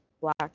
Black